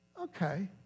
Okay